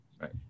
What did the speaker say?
Right